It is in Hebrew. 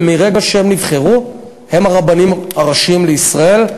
ומרגע שהם נבחרו הם הרבנים הראשיים לישראל,